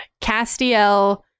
Castiel